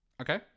Okay